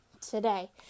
today